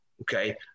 Okay